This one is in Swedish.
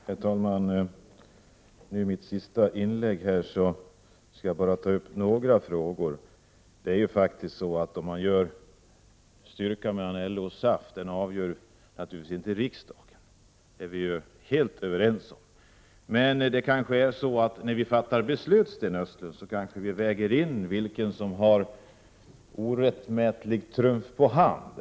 Herr talman! I mitt sista inlägg skall jag bara ta upp några frågor. Styrkeförhållandet mellan LO och SAF avgör naturligtvis inte riksdagen — det är vi helt överens om. Men, Sten Östlund, när vi fattar beslut kanske vi väger in vilka som har orättmätig trumf på hand.